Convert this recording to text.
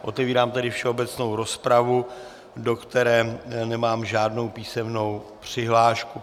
Otevírám tedy všeobecnou rozpravu, do které nemám žádnou písemnou přihlášku.